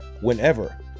whenever